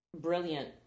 brilliant